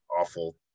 awful